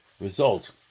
result